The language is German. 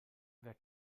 wer